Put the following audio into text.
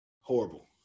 Horrible